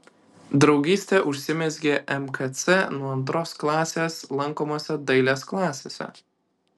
draugystė užsimezgė mkc nuo antros klasės lankomose dailės klasėse